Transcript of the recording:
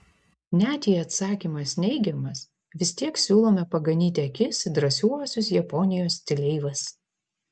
net jei atsakymas neigiamas vis tiek siūlome paganyti akis į drąsiuosius japonijos stileivas